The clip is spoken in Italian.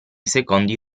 secondi